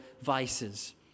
vices